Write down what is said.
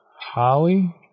Holly